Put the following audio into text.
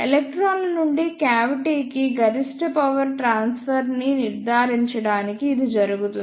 ఎలక్ట్రాన్ల నుండి క్యావిటీ కి గరిష్ట పవర్ ట్రాన్స్ఫర్ ని నిర్ధారించడానికి ఇది జరుగుతుంది